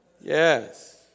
Yes